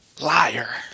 liar